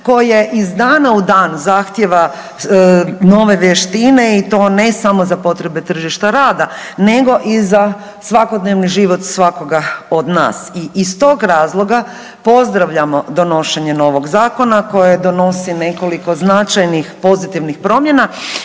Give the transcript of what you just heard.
koje iz dana u dan zahtijeva nove vještine i to ne samo za potrebe tržišta rada nego i za svakodnevni život svakoga od nas i iz tog razloga pozdravljamo donošenje novog zakona koje donosi nekoliko značajnih pozitivnih promjena.